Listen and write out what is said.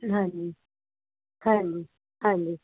ਹਾਂਜੀ ਹਾਂਜੀ ਹਾਂਜੀ